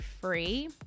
free